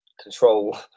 control